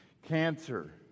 Cancer